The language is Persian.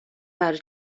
برای